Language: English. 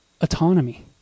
autonomy